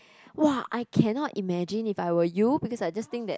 !wah! I cannot imagine if I were you because I just think that